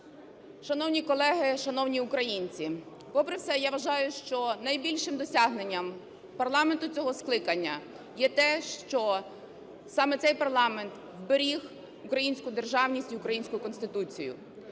Шановні колеги, шановні українці! Попри все, я вважаю, найбільшим досягненням парламенту цього скликання є те, що саме цей парламент зберіг українську державність і українську Конституцію,